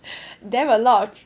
damn a lot of